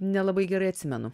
nelabai gerai atsimenu